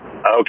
Okay